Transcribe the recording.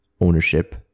ownership